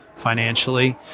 financially